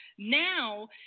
now